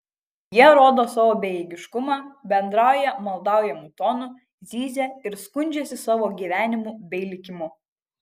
jie rodo savo bejėgiškumą bendrauja maldaujamu tonu zyzia ir skundžiasi savo gyvenimu bei likimu